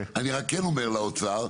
אני רק כן אומר לאוצר,